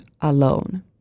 alone